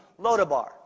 Lodabar